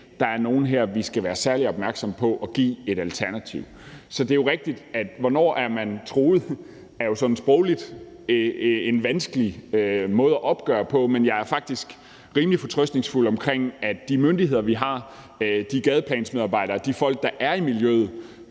der er nogle her, vi skal være særlig opmærksomme på at give et alternativ. Så det er jo rigtigt, at hvornår man er truet, sådan sprogligt er en vanskelig måde at opgøre det på, men jeg er faktisk rimelig fortrøstningsfuld omkring, at de myndigheder, vi har, og de gadeplansmedarbejdere og de folk, der er i miljøet,